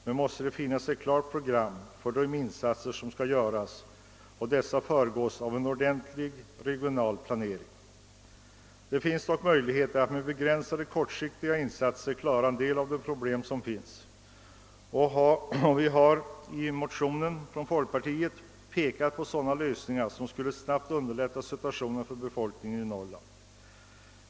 Det måste finnas ett bestämt program för de insatser som skall göras, och dessa måste föregås av en ordentlig regional planering. Det finns dock möjligheter att med begränsade, kortsiktiga insatser klara en del av de problem som finns. Vi har i folkpartimotionen pekat på sådana lösningar som snabbt skulle underlätta situationen för befolkningen i Norrland.